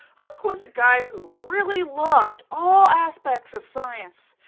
hooke was a guy who really loved all aspects of science,